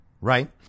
right